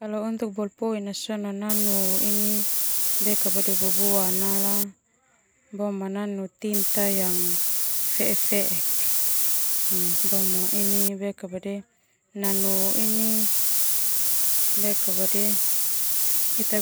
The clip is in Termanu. Nanu boboa nala nanu tinta fe'e fe'el Ita